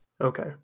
okay